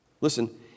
Listen